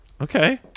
Okay